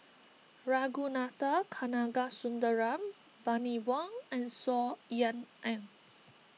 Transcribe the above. Ragunathar Kanagasuntheram Bani Buang and Saw Ean Ang